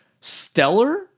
stellar